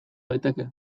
daiteke